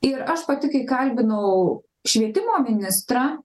ir aš pati kai kalbinau švietimo ministrą